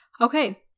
Okay